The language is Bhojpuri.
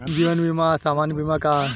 जीवन बीमा आ सामान्य बीमा का ह?